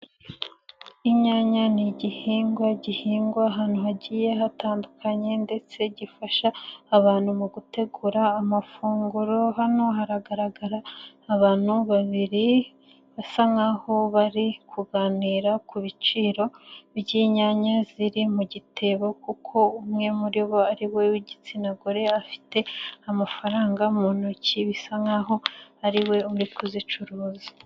Inyanya ni igihingwa gihingwa ahantu hagiye hatandukanye ndetse gifasha abantu mu gutegura amafunguro hano haragaragara abantu babiri basa nkaho bari kuganira ku biciro by'inyanya ziri mu gitebo kuko umwe muri bo ariwe w'igitsina gore afite amafaranga mu ntoki bisa nkaho ariwe uri kuzicuruza.